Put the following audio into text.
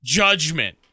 judgment